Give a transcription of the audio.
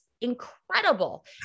incredible